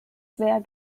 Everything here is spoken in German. sehr